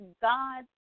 God